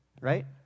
Right